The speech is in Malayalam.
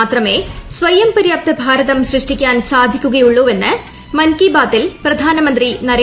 മാത്രമേ സ്വയംപര്യാപ്ത ഭാരതം സൃഷ്ടിക്കാൻ സാധിക്കുകയുള്ളൂവെന്ന് മൻ കി ബാത്തിൽ പ്രധാനമന്ത്രി നരേന്ദ്രമോദി